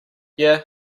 yeah